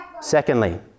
Secondly